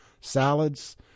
salads